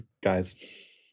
guys